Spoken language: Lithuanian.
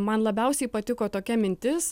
man labiausiai patiko tokia mintis